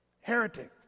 Heretic